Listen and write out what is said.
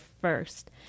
first